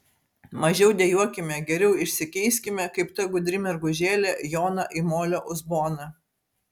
mažiau dejuokime geriau išsikeiskime kaip ta gudri mergužėlė joną į molio uzboną